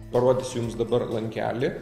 parodysiu jums dabar lankelį